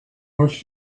much